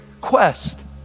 quest